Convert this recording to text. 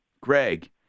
Greg